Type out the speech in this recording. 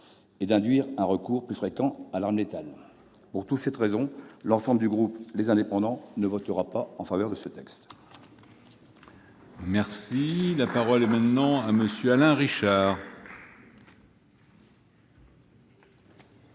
et d'induire un recours plus fréquent à l'arme létale ? Pour toutes ces raisons, l'ensemble du groupe Les Indépendants ne votera pas en faveur de ce texte. La parole est à M. Alain Richard.